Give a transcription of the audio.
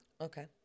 Okay